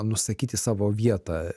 nusakyti savo vietą